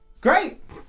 Great